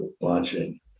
launching